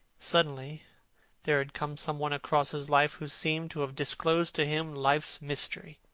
suddenly there had come some one across his life who seemed to have disclosed to him life's mystery.